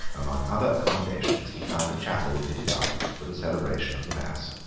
among other accommodations, he found a chapel fitted up for the celebration of the mass.